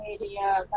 Media